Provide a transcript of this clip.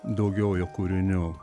daugiau jo kūrinių